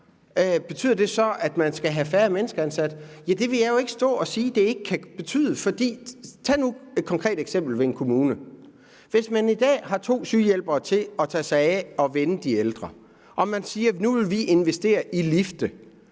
varer, betyder det så, at der skal være færre mennesker ansat? Det vil jeg jo ikke stå og sige, at det ikke kan betyde, for tag nu et konkret eksempel fra en kommune: Hvis man i dag har to sygehjælpere til at tage sig af at vende de ældre, og man siger, at man nu vil investere i lifte,